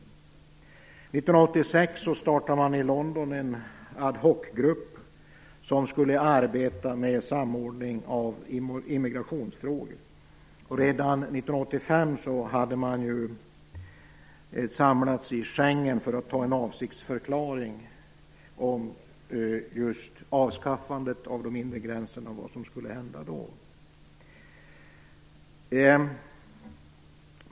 1986 startade man i London en ad hoc-grupp som skulle arbeta med samordning av immigrationsfrågor. Redan 1985 hade man ju samlats i Schengen för att ta fram en avsiktsförklaring om just avskaffandet av de inre gränserna och om vad som skulle hända då.